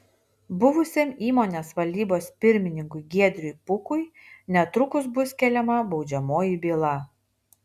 buvusiam įmonės valdybos pirmininkui giedriui pukui netrukus bus keliama baudžiamoji byla